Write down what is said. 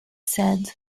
said